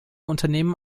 unternehmen